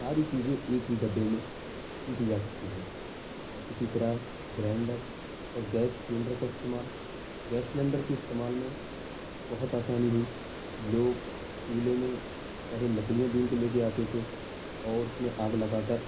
ساری چیزیں ایک ہی ڈبے میں پیسی جا سکتی ہیں اسی طرح گرینڈر اور گیس سلینڈر کا استعمال گیس سلینڈر کے استعمال میں بہت آسانی ہوئی لوگ چولہے میں پہلے لکڑیاں بین کے لے کے آتے تھے اور اس میں آگ لگا کر